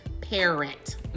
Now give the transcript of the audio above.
parent